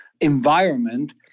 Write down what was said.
Environment